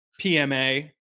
PMA